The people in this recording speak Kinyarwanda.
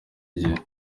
igihe